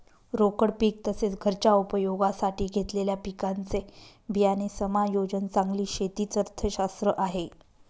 रोकड पीक तसेच, घरच्या उपयोगासाठी घेतलेल्या पिकांचे बियाणे समायोजन चांगली शेती च अर्थशास्त्र आहे